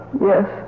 Yes